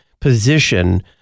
position